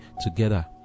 together